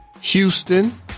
Houston